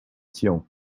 tian